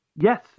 Yes